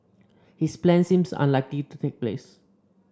his plans seem unlikely to take place